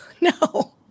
No